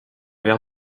verre